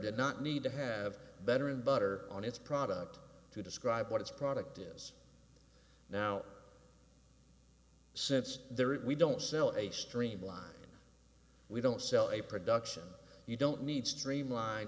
did not need to have better and better on its product to describe what its product is now since there is we don't sell a streamline we don't sell a production you don't need streamline